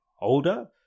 older